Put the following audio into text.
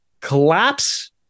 collapse